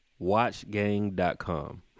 watchgang.com